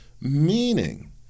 meaning